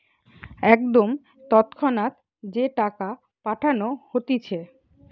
একদম তৎক্ষণাৎ যে টাকা পাঠানো হতিছে